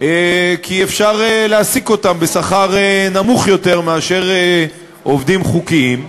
כי אפשר להעסיק אותם בשכר נמוך יותר מאשר עובדים חוקיים,